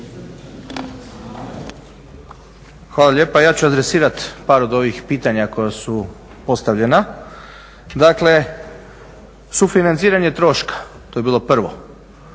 Hvala lijepa. Ja ću adresirat par od ovih pitanja koja su postavljena. Dakle, sufinanciranje troška to je bilo prvo.